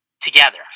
together